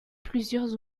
plusieurs